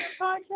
podcast